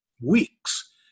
weeks